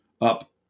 up